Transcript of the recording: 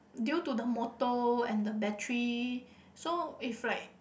due to the motor and the battery so if like